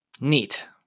Neat